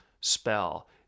spell